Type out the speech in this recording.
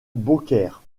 beaucaire